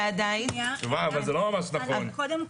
זה לא ממש נכון.